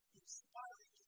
inspiring